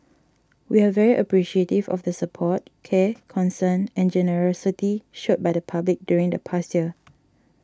we are very appreciative of the support care concern and generosity shown by the public during the past year